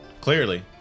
Clearly